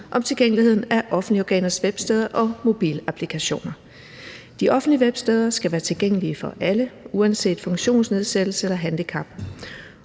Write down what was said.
om tilgængeligheden af offentlige organers websteder og mobilapplikationer. De offentlige websteder skal være tilgængelige for alle uanset funktionsnedsættelse eller handicap,